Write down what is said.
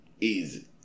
easy